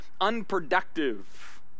unproductive